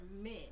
men